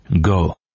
Go